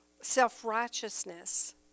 self-righteousness